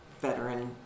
veteran